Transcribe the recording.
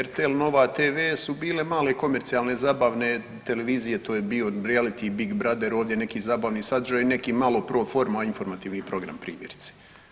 RTL, Nova tv su bile male komercijalne zabavne televizije, to je bio reality Big Brother, ovdje neki zabavni sadržaji, neki malo pro forme informativni program, primjerice.